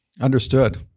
Understood